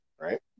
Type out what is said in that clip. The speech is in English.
right